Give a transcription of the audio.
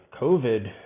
covid